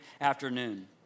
afternoon